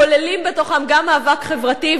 כוללים בתוכם גם מאבק חברתי,